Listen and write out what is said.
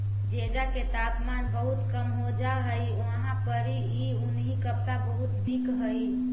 जेजा के तापमान बहुत कम हो जा हई उहाँ पड़ी ई उन्हीं कपड़ा बहुत बिक हई